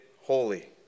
holy